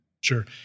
sure